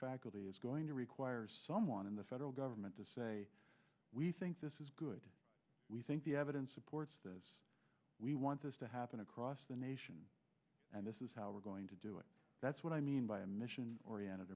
faculty is going to require someone in the federal government to say we think this is good we think the evidence supports this we want this to happen across the nation and this is how we're going to do it that's what i mean by a mission or